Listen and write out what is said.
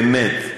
באמת,